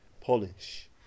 polish